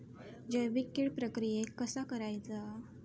जैविक कीड प्रक्रियेक कसा करायचा?